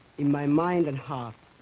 in my mind and heart